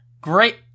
Great